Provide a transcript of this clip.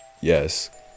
Yes